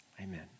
Amen